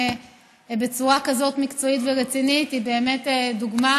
בצורה כזאת מקצועית ורצינית היא באמת דוגמה,